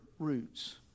roots